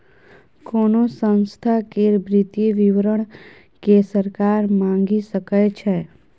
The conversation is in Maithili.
कोनो संस्था केर वित्तीय विवरण केँ सरकार मांगि सकै छै